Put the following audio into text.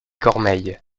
cormeilles